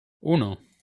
uno